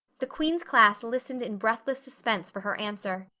the queen's class listened in breathless suspense for her answer.